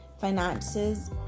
finances